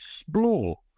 explore